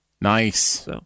Nice